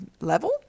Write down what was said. level